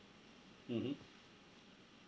mmhmm